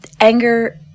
anger